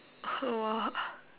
!wah!